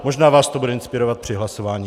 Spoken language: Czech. Možná vás to bude inspirovat při hlasování.